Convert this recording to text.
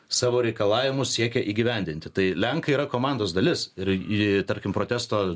savo reikalavimus siekia įgyvendinti tai lenkai yra komandos dalis ir ji tarkim protesto